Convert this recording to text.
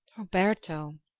roberto,